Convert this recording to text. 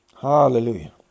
Hallelujah